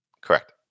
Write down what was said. Correct